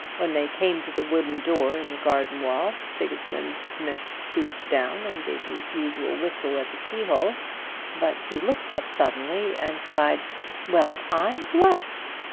when they came to the wooden door in the garden-wall, sigismund smith stooped down and gave his usual whistle at the keyhole but he looked up suddenly, and cried well, i'm blest!